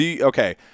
Okay